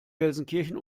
gelsenkirchen